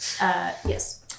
Yes